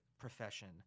Profession